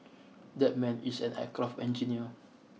that man is an aircraft engineer